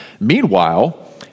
Meanwhile